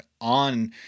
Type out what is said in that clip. on